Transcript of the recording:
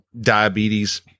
diabetes